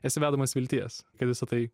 esi vedamas vilties kad visa tai